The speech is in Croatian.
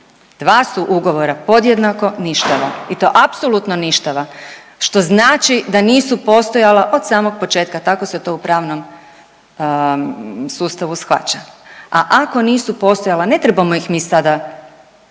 Dva su ugovora podjednako ništava i to apsolutno ništava što znači da nisu postojala od samog početka, tako se to u pravnom sustavu shvaća. A ako nisu postojala ne trebamo ih mi sada poništavati